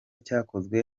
cyakozwe